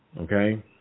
Okay